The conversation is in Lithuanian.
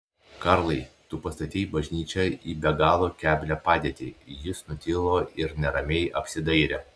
karlai tu pastatei bažnyčią į be galo keblią padėtį jis nutilo ir neramiai apsidairė